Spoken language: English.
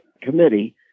committee